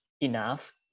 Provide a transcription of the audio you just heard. enough